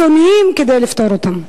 קיצוניים כדי לפתור אותם?